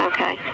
Okay